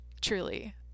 truly